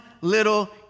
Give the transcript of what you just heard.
little